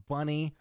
Bunny